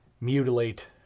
mutilate